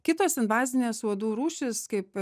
kitos invazinės uodų rūšys kaip